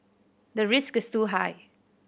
the risk is too high